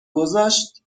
گذاشت